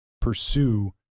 pursue